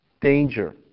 Danger